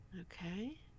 Okay